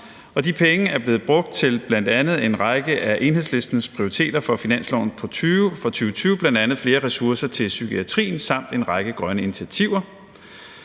de penge er blevet brugt til bl.a. Enhedslistens prioriteter for finansloven for 2020, bl.a. flere ressourcer til psykiatrien samt en række grønne initiativer.